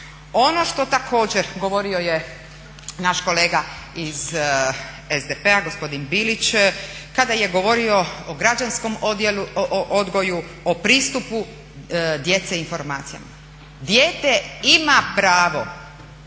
Ono što također, govorio je naš kolega iz SDP-a gospodin Bilić, kada je govorio o građanskom odgoju, o pristupu djece informacijama. Dijete ima pravo